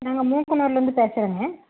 நாங்கள் மூக்கனூருலேருந்து பேசுறேங்க